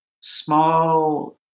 small